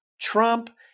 trump